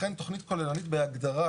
לכן תכנית כוללנית בהגדרה